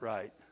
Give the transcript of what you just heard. Right